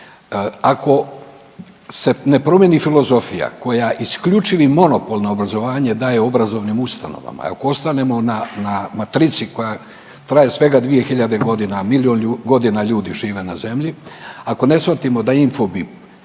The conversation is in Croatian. Ako se ne promijeni filozofija koja isključivi monopol na obrazovanje daje obrazovnim ustanovama i ako ostanemo na matrici koja traje svega 2000 godina, a milijun godina ljudi žive na zemlji. Ako ne shvatimo da Infobip,